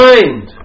Mind